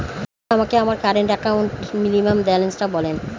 দয়া করে আমাকে আমার কারেন্ট অ্যাকাউন্ট মিনিমাম ব্যালান্সটা বলেন